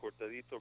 Cortadito